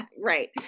Right